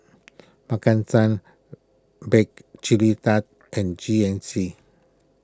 Maki San Bake Chilly Tart and G N C